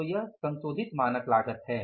तो यह संशोधित मानक लागत है